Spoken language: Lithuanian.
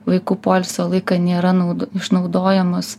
vaikų poilsio laiką nėra naudo išnaudojamos